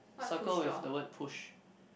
circle with the word push